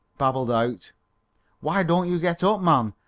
babbled out why don't you get up, man?